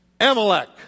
Amalek